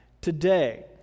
today